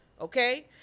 okay